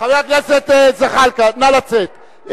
חבר הכנסת זחאלקה, נא לצאת.